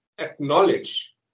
Acknowledge